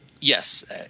yes